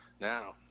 Now